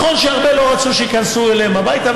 נכון שהרבה לא רצו שייכנסו אליהם הביתה,